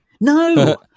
No